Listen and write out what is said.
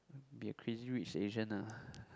be a crazy rich asian ah